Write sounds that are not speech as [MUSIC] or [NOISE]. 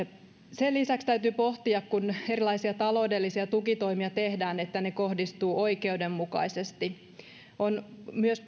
sen lisäksi täytyy pohtia kun erilaisia taloudellisia tukitoimia tehdään että ne kohdistuvat oikeudenmukaisesti on myös [UNINTELLIGIBLE]